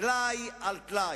טלאי על טלאי.